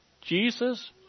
Jesus